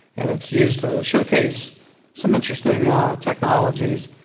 and it's used to showcase some interesting technologies.